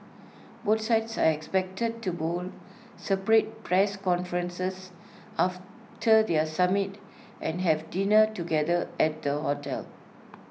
both sides are expected to hold separate press conferences after their summit and have dinner together at the hotel